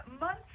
months